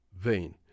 vein